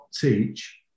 teach